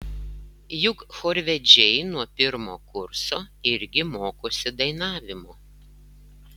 juk chorvedžiai nuo pirmo kurso irgi mokosi dainavimo